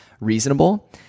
Reasonable